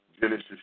Genesis